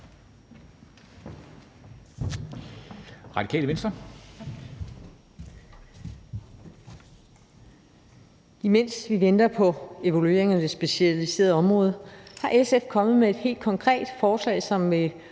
Mens vi venter på evalueringen af det specialiserede område, er SF kommet med et helt konkret forslag, som vil